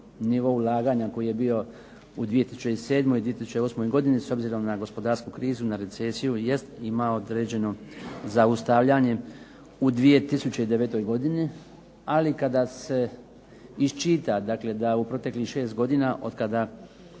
nivo ulaganja koji je bio u 2007., 2008. godini s obzirom na gospodarsku krizu, na recesiju jest imao određeno zaustavljanje u 2009. godini, ali kada se iščita dakle da u proteklih 6 godina otkada